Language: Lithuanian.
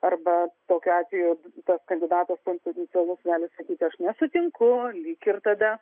arba tokiu atveju tas kandidatas konfidencialus gali sakyti aš nesutinku lyg ir tada